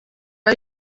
ari